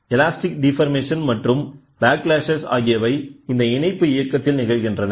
elastic deformation மற்றும் backlash ஆகியவை இந்த இணைப்பு இயக்கத்தில் நிகழ்கின்றன